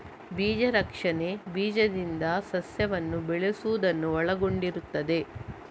ಬೀಜ ರಕ್ಷಣೆ ಬೀಜದಿಂದ ಸಸ್ಯವನ್ನು ಬೆಳೆಸುವುದನ್ನು ಒಳಗೊಂಡಿರುತ್ತದೆ